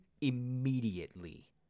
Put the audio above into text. immediately